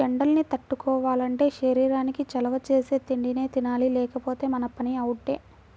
ఎండల్ని తట్టుకోవాలంటే శరీరానికి చలవ చేసే తిండినే తినాలి లేకపోతే మన పని అవుటే